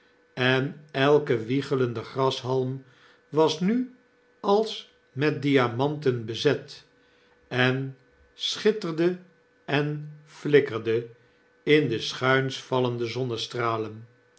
en elke wiegelende grashalm was nu als met diamanten bezet en schitterde en flikkerde in de schuins vallende zonnestralen